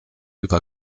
über